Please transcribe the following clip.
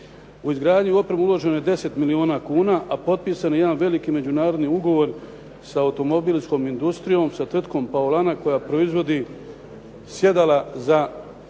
U izgradnju i opremu uloženo je 10 milijuna kuna, a potpisan je jedan veliki međunarodni ugovor sa automobilskom industrijom sa tvrtkom “Paulana“ koja proizvodi sjedala za